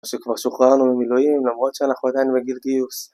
שכבר שוחררנו ממילואים למרות שאנחנו עדיין בגיל גיוס.